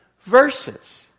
verses